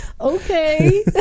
okay